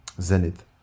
Zenith